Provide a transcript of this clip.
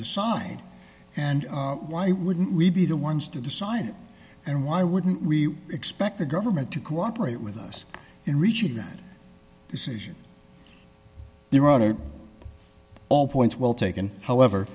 decide and why wouldn't we be the ones to decide and why wouldn't we expect the government to cooperate with us in reaching that decision there either all points well taken however